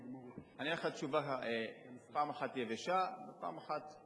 אני אענה לך פעם אחת תשובה יבשה, ופעם אחת,